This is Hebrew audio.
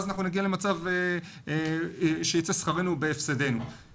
אז נגיע למצב שיצא שכרנו בהפסדנו.